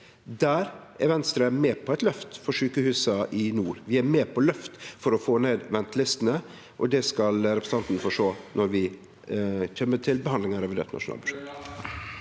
er Venstre med på eit løft for sjukehusa i nord. Vi er med på løft for å få ned ventelistene. Det skal representanten få sjå når vi kjem til behandlinga av revidert nasjonalbudsjett.